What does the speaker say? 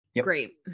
great